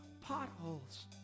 Potholes